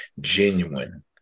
genuine